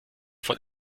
von